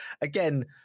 again